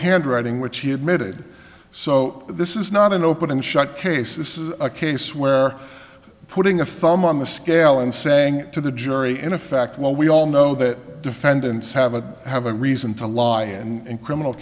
handwriting which he admitted so this is not an open and shut case this is a case where putting a thumb on the scale and saying to the jury in effect well we all know that defendants have a have a reason to lie and criminal